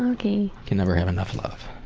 ok. you can never have enough love.